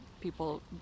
people